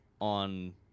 on